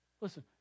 Listen